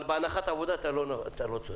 אבל בהנחת העבודה אתה לא צודק.